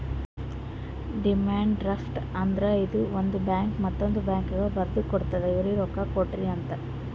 demand draft ಅಂದ್ರ ಇದು ಒಂದು ಬ್ಯಾಂಕ್ ಮತ್ತೊಂದ್ ಬ್ಯಾಂಕ್ಗ ಬರ್ದು ಕೊಡ್ತಾದ್ ಇವ್ರಿಗ್ ರೊಕ್ಕಾ ಕೊಡ್ರಿ ಅಂತ್